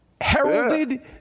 heralded